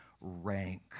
rank